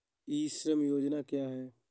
ई श्रम योजना क्या है?